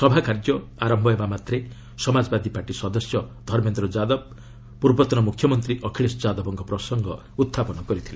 ସଭା କାର୍ଯ୍ୟ ଆରମ୍ଭ ହେବା ମାତ୍ରେ ସମାଜବାଦୀ ପାର୍ଟି ସଦସ୍ୟ ଧର୍ମେନ୍ଦ୍ର ଯାଦବ ପୂର୍ବତନ ମୁଖ୍ୟମନ୍ତ୍ରୀ ଅଖିଳେଶ ଯାଦବଙ୍କ ପ୍ରସଙ୍ଗ ଉହ୍ରାପନ କରିଥିଲେ